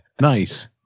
nice